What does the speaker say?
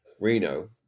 Reno